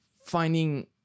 finding